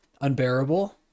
unbearable